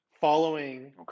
following